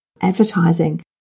advertising